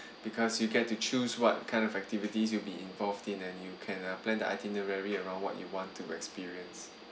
because you get to choose what kind of activities you'll be involved in and you can plan uh the itinerary around what you want to experience